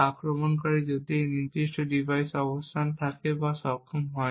যা আক্রমণকারী যদি তার এই নির্দিষ্ট ডিভাইসের অবস্থান থাকে বা সক্ষম হয়